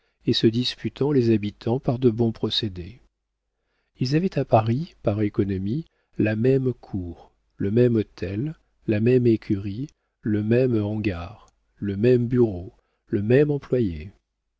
et se disputant les habitants par de bons procédés ils avaient à paris par économie la même cour le même hôtel la même écurie le même hangar le même bureau le même employé